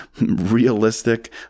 realistic